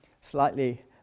slightly